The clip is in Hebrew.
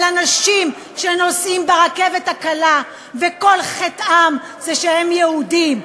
על אנשים שנוסעים ברכבת הקלה וכל חטאם זה שהם יהודים,